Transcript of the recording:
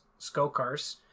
Skokars